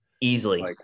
Easily